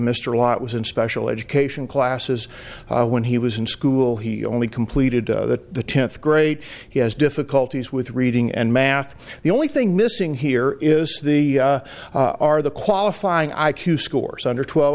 lott was in special education classes when he was in school he only completed the tenth grade he has difficulties with reading and math the only thing missing here is the are the qualifying i q scores under twelve